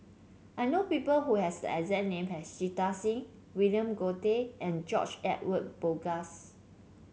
I know people who have the exact name as Jita Singh William Goode and George Edwin Bogaars